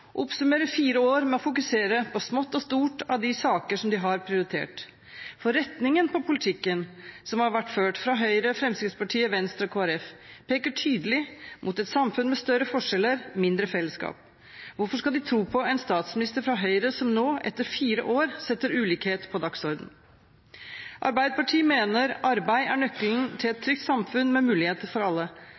fire år med å fokusere på smått og stort av de sakene som de har prioritert, for retningen på politikken som har vært ført av Høyre, Fremskrittspartiet, Venstre og Kristelig Folkeparti, peker tydelig mot et samfunn med større forskjeller og mindre fellesskap. Hvorfor skal de tro på en statsminister fra Høyre som nå, etter fire år, setter ulikhet på dagsordenen? Arbeiderpartiet mener at arbeid er nøkkelen til et trygt samfunn med muligheter for alle.